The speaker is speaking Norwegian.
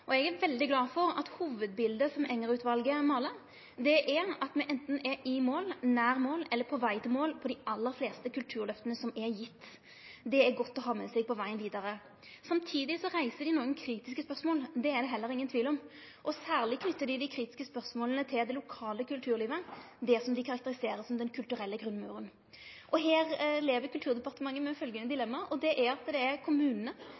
Eg er veldig glad for at hovudbiletet som Enger-utvalet målar, er at me anten er i mål, nær mål eller på veg til mål på dei aller fleste kulturløfta som er gjevne. Det er godt å ha med seg på vegen vidare. Samtidig reiser dei nokre kritiske spørsmål – det er det ingen tvil om. Særleg knyter dei dei kritiske spørsmåla til det lokale kulturlivet, det dei karakteriserer som «den kulturelle grunnmuren». Her lever Kulturdepartementet med følgjande dilemma: Det er kommunane